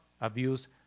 abuse